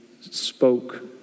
spoke